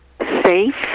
safe